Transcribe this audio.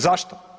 Zašto?